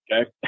okay